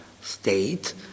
state